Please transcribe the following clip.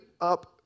up